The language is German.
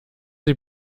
sie